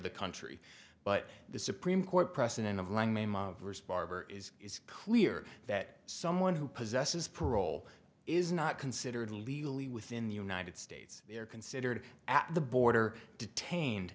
the country but the supreme court precedent of langmaid versus barber is clear that someone who possesses parole is not considered legally within the united states they are considered at the border detained